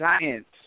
giants